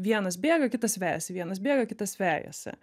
vienas bėga kitas vejasi vienas bėga kitas vejasi